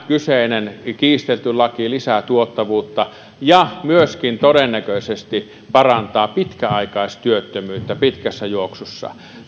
kyseinen kiistelty laki lisää tuottavuutta ja myöskin todennäköisesti parantaa pitkäaikaistyöttömyyttä pitkässä juoksussa